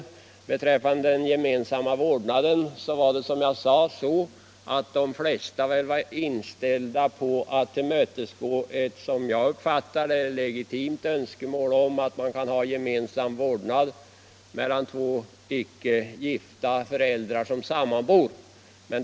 Och beträffande den var, som jag sade, de flesta inställda på att tillmötesgå ett, såsom jag uppfattade det, legitimt önskemål om att två icke gifta föräldrar som sammanbor skall kunna ha gemensam vårdnad.